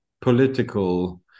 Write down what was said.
political